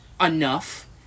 enough